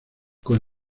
con